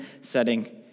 setting